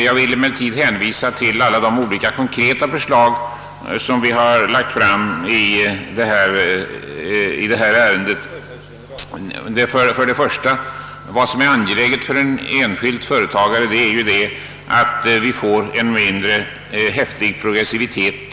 Jag vill emellertid hänvisa till alla de konkreta förslag som vi har framlagt i detta ärende. Vad som för det första är angeläget för en enskild företagare är att skatteskalorna uppvisar en mindre häftig pro gressivitet.